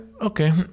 okay